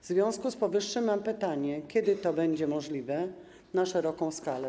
W związku z powyższym mam pytanie: Kiedy to będzie możliwe na szeroką skalę?